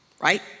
right